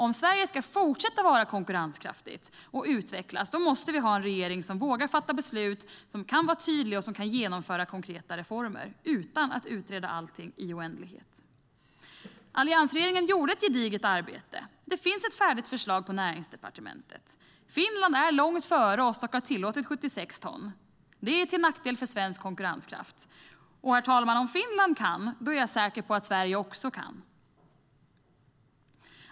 Om Sverige ska fortsätta vara konkurrenskraftigt och utvecklas måste vi ha en regering som vågar fatta beslut, kan vara tydlig och som kan genomföra konkreta reformer utan att utreda allting i oändlighet. Alliansregeringen gjorde ett gediget arbete. Det finns ett färdigt förslag på Näringsdepartementet. Finland är långt före oss och har tillåtit 76 ton. Det är till nackdel för svensk konkurrenskraft. Om Finland kan, herr talman, är jag säker på att Sverige också kan.